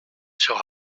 sur